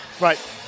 Right